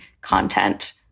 content